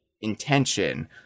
intention